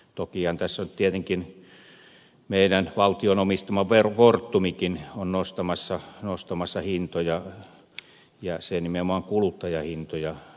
tokihan tässä tietenkin meidän valtion omistama fortumkin on nostamassa hintoja ja se nimenomaan kuluttajahintoja nostaa